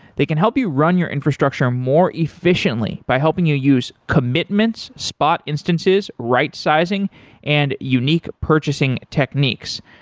they can help you run your infrastructure more efficiently by helping you use commitments, spot instances, rightsizing and unique purchasing techniques.